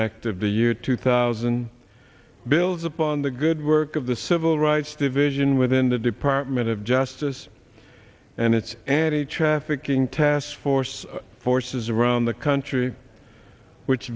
of the year two thousand builds upon the good work of the civil rights division within the department of justice and it's an a trafficking task force forces around the country which